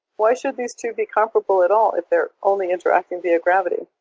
why should these two be comparable at all if they're only interacting via gravity?